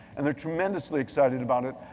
and they're tremendously excited about it.